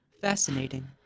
Fascinating